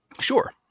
Sure